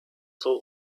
soul